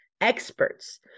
experts